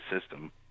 system